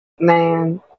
Man